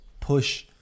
push